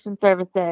services